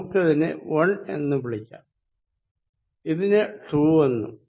നമുക്കിതിനെ 1 എന്ന് വിളിക്കാം ഇതിനെ 2 എന്നും